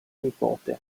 nipote